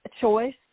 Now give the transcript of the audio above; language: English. choice